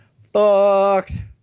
fucked